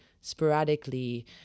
sporadically